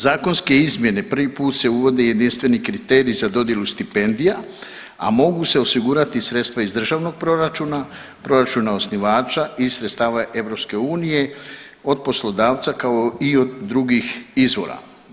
Zakonske izmjene, prvi put se uvode jedinstveni kriteriji za dodjelu stipendija, a mogu se osigurati i sredstva iz državnog proračuna, proračuna osnivača, iz sredstava EU, od poslodavca, kao i od drugih izvora.